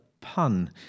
pun